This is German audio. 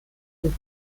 und